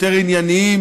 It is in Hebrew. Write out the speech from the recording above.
יותר ענייני,